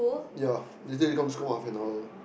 ya that time you came to school for half an hour